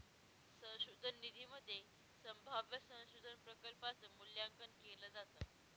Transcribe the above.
संशोधन निधीमध्ये संभाव्य संशोधन प्रकल्पांच मूल्यांकन केलं जातं